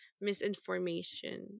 misinformation